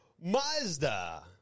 Mazda